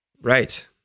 Right